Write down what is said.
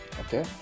Okay